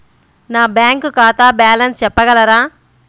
నా బ్యాంక్ ఖాతా బ్యాలెన్స్ చెప్పగలరా?